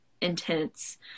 intense